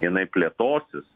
jinai plėtosis